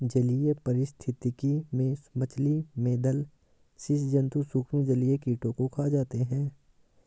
जलीय पारिस्थितिकी में मछली, मेधल स्सि जन्तु सूक्ष्म जलीय कीटों को खा जाते हैं